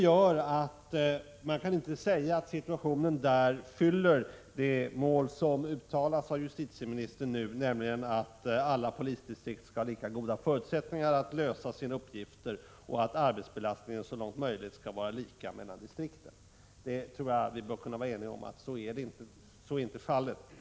Man kan därför inte säga att situationen svarar mot det mål som justitieministern här uttalade, nämligen att alla polisdistrikt skall ha lika goda förutsättningar att lösa sina uppgifter och att arbetsbelastningen så långt möjligt skall vara lika mellan distrikten. Jag tror att vi kan vara ense om att så är inte fallet.